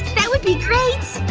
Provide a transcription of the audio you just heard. that would be great!